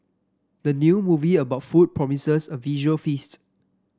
the new movie about food promises a visual feast